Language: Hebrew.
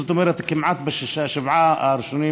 זאת אומרת, כמעט בשישה-שבעה הראשונים,